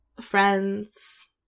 friends –